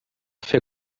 fer